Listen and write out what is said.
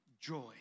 joy